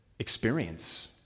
Experience